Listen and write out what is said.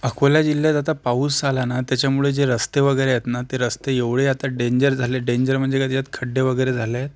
अकोला जिल्ह्यात आता पाऊस आला ना त्याच्यामुळे जे रस्ते वगेरे आहेत ना ते रस्ते एवढे आता डेंजर झाले डेंजर म्हणजे काय त्याच्यात खड्डे वगैरे झाले आहेत